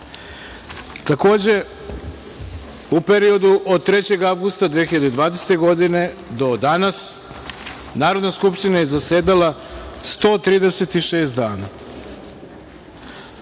u periodu od 3. avgusta 2020. godine do danas, Narodna skupština je zasedala 136 dana.Za